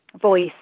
voice